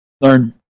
learn